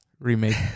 Remake